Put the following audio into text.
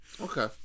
Okay